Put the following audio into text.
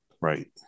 Right